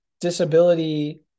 disability